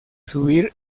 subir